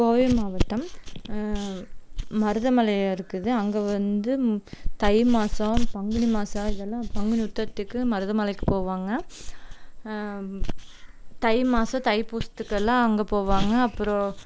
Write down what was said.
கோவை மாவட்டம் மருதமலையாக இருக்குது அங்கே வந்து தை மாதம் பங்குனி மாதம் இதெல்லாம் பங்குனி உத்திரத்துக்கு மருதமலைக்கு போவாங்க தை மாதம் தைப்பூசத்துக்கெல்லாம் அங்கே போவாங்க அப்புறம்